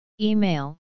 Email